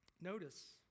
Notice